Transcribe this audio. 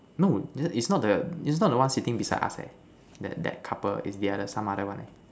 no it's not the it's not the one sitting beside us eh that that couple is the other some other one eh